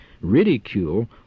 ridicule